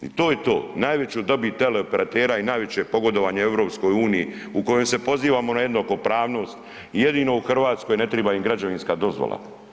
I to je to, najveću dobit teleoperatera i najveće pogodovanje EU u kojoj se pozivamo na jednakopravnost, jedino u RH ne triba im građevinska dozvola.